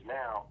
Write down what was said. now